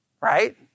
Right